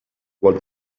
about